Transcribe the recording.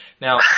Now